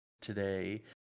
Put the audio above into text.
today